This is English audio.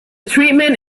treatment